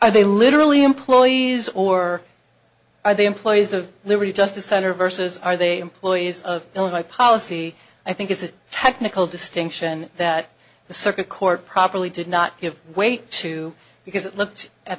i they literally employees or are they employees of liberty justice center versus are they employ is of no my policy i think is a technical distinction that the circuit court properly did not give weight to because it looked at